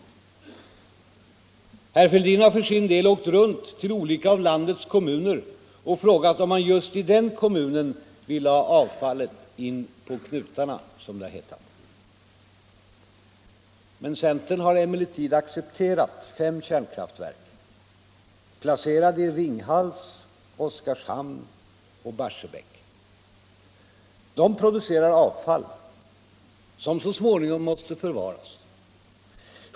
Herr Fälldin har för sin del åkt runt till olika av landets kommuner och frågat om man i just den kommunen vill ha avfallet in på knutarna, som det har hetat. Centern har emellertid accepterat fem kärnkraftverk, placerade i Ringhals, Oskarshamn och Barsebäck. De producerar avfall, som så småningom måste förvaras.